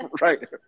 right